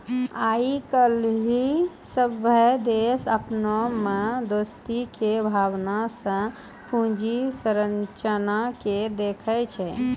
आइ काल्हि सभ्भे देश अपना मे दोस्ती के भावना से पूंजी संरचना के देखै छै